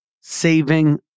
saving